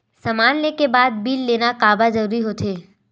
समान ले के बाद बिल लेना काबर जरूरी होथे?